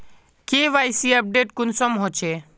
KYC update कुंसम होचे?